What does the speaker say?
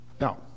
Now